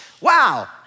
Wow